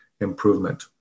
improvement